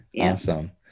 Awesome